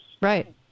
Right